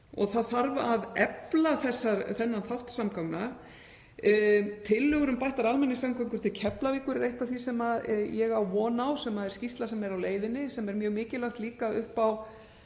og það þarf að efla þennan þátt samgangna. Tillögur um bættar almenningssamgöngur til Keflavíkur eru eitt af því sem ég á von á, sem er skýrsla sem er á leiðinni, sem er mjög mikilvæg líka upp á